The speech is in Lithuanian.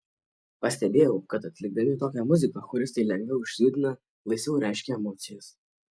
pastebėjau kad atlikdami tokią muziką choristai lengviau išsijudina laisviau reiškia emocijas